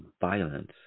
violence